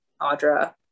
Audra